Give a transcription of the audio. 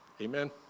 Amen